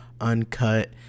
uncut